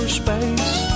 space